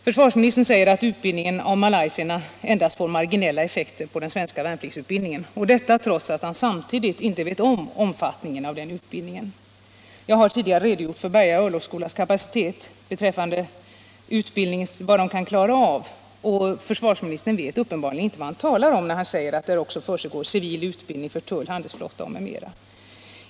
Försvarsministern säger att utbildningen av malaysierna får endast marginella effekter på den svenska värnpliktsutbildningen, detta trots att han samtidigt inte känner till omfattningen av den utbildningen. Jag har tidigare redogjort för Berga örlogsskolors kapacitet. Försvarsministern vet uppenbarligen inte vad han talar om, när han säger att det där också försiggår civil utbildning för tull, handelsflotta m.m.